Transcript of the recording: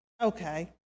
okay